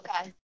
Okay